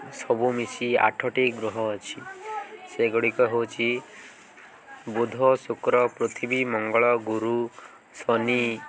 ସବୁ ମିିଶି ଆଠଟି ଗୃହ ଅଛି ସେଗୁଡ଼ିକ ହେଉଛି ବୁଧ ଶୁକ୍ର ପୃଥିବୀ ମଙ୍ଗଳ ଗୁରୁ ଶନି